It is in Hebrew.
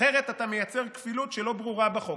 אחרת אתה מייצר כפילות שלא ברורה בחוק.